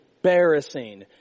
embarrassing